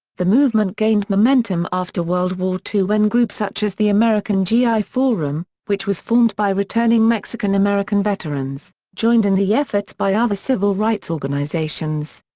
the movement gained momentum after world war ii when groups such as the american g i. forum, which was formed by returning mexican american veterans, joined in the efforts by other civil rights organizations.